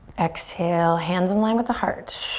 exhale, hands in line with the heart.